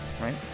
right